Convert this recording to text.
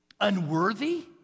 unworthy